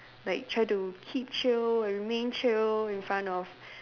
like try to keep chill and remain chill in front of